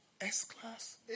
S-Class